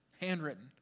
handwritten